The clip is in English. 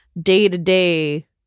day-to-day